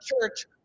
church